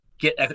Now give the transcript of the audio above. get